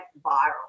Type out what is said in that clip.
viral